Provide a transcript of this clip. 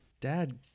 Dad